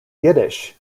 yiddish